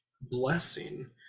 blessing